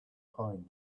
pine